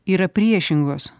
yra priešingos